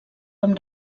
amb